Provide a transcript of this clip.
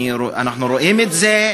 אנחנו רואים את זה,